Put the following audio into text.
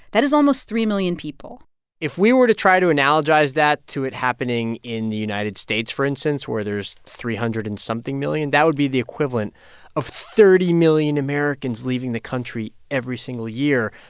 that is almost three million people if we were to try to analogize that to it happening in the united states, for instance, where there's three hundred and something million, that would be the equivalent of thirty million americans leaving the country every single year.